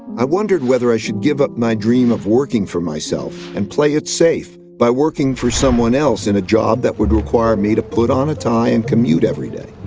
i wondered whether i should give up my dream of working for myself and play it safe by working for someone else in a job that would require me to put on a tie and commute everyday.